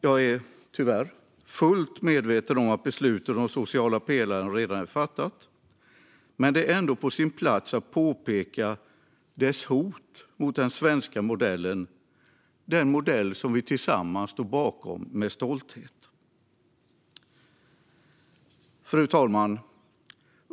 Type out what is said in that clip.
Jag är tyvärr fullt medveten om att beslutet om den sociala pelaren redan är fattat, men det är ändå på sin plats att påpeka dess hot mot den svenska modell som vi tillsammans står bakom med stolthet. Fru talman!